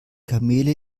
kamele